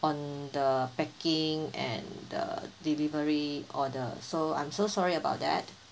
on the packing and the delivery order so I'm so sorry about that